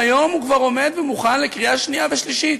והיום הוא כבר עומד ומוכן לקריאה שנייה ושלישית.